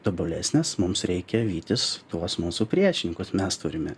tobulesnės mums reikia vytis tuos mūsų priešininkus mes turime